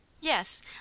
Yes